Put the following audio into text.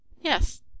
YES